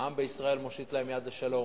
העם בישראל מושיט להם יד לשלום,